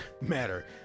matter